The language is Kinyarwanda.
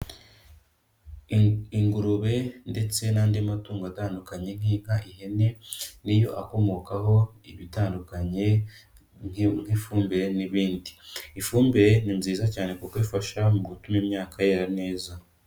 Ingurube ndetse n'andi matungo atandukanye nk'inka, ihene niyo akomokaho ibitandukanye nk'ifumbire n'ibindi. Ifumbire ni nziza cyane kuko ifasha mu gutuma imyaka yera neza.